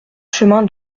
chemin